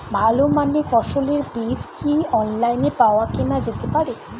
ভালো মানের ফসলের বীজ কি অনলাইনে পাওয়া কেনা যেতে পারে?